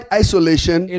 isolation